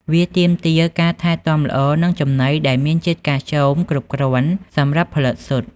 វាទាមទារការថែទាំល្អ និងចំណីដែលមានជាតិកាល់ស្យូមគ្រប់គ្រាន់សម្រាប់ផលិតស៊ុត។